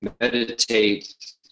meditate